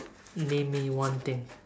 name me one thing